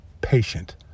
Patient